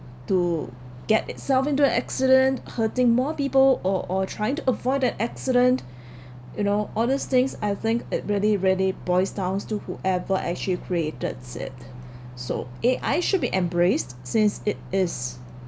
to get itself into an accident hurting more people or or trying to avoid an accident you know all this things I think it really really boils down to whoever actually created it so A_I should be embraced since it is